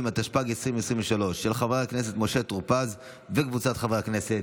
משה פסל (הליכוד):